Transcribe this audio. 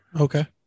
Okay